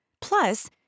Plus